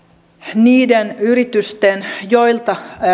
niiden yritysten joilta